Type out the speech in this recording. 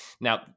Now